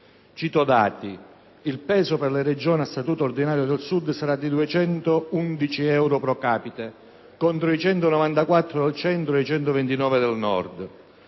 Cito i dati: il peso per le Regioni a statuto ordinario del Sud sarà di 211 euro *pro capite*, contro i 194 del Centro e i 129 del Nord.